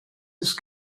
ist